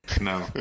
No